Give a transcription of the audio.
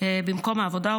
במקום העבודה,